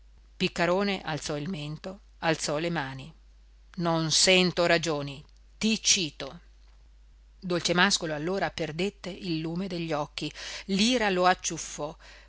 piccarone alzò il mento alzò le mani non sento ragioni ti cito dolcemàscolo allora perdette il lume degli occhi l'ira lo acciuffò